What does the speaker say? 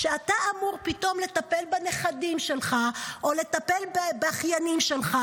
כשאתה אמור פתאום לטפל בנכדים שלך או לטפל באחיינים שלך,